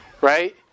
right